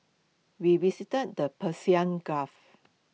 we visited the Persian gulf